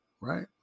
Right